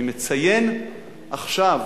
אני מציין עכשיו,